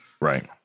right